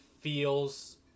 feels